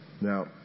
Now